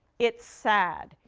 it's sad.